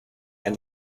and